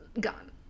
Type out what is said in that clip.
gone